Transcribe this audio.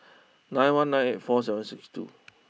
nine one nine eight four seven six two